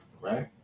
Right